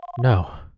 No